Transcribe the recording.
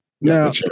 now